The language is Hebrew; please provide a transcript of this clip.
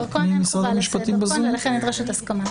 נכון, דרכון אין חובה לשאת ולכן נדרשת הסכמה.